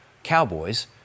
Cowboys